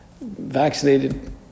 vaccinated